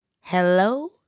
hello